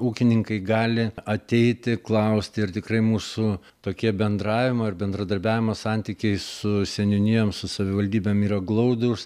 ūkininkai gali ateiti klausti ir tikrai mūsų tokie bendravimo ir bendradarbiavimo santykiai su seniūnijom su savivaldybėm yra glaudūs